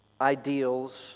ideals